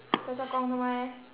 在做工做么 leh